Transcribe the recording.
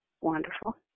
Wonderful